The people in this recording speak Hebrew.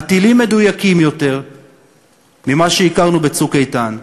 הטילים מדויקים יותר ממה שהכרנו ב"צוק איתן",